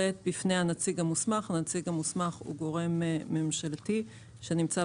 בפני הנציג המוסמך - הנציג המוסמך הוא גורם ממשלתי שנמצא